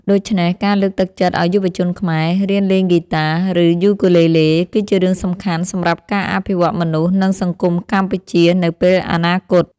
ដូច្នេះ ការលើកទឹកចិត្តឲ្យយុវជនខ្មែរ រៀនលេងហ្គីតា ឬ យូគូលេលេ គឺជារឿងសំខាន់សម្រាប់ការអភិវឌ្ឍមនុស្ស និងសង្គមកម្ពុជា នៅពេលអនាគត។